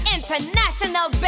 International